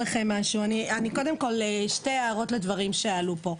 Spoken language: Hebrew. שתי הערות לדברים שעלו כאן.